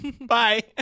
Bye